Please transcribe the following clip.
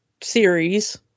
series